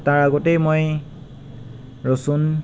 তাৰ আগতেই মই ৰচুন